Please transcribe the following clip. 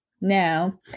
now